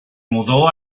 mudó